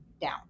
down